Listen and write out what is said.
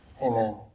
Amen